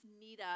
meetup